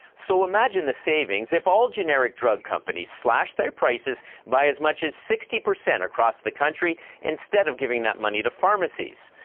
so imagine the savings if all generic drug companies slashed their prices by as much as sixty percent across the country instead of giving that money to pharmacies.